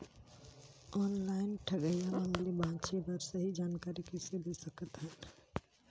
Online ठगईया मन ले बांचें बर सही जानकारी कइसे ले सकत हन?